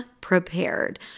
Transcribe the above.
prepared